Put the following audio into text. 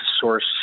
source